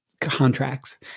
contracts